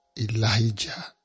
Elijah